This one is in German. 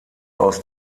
aus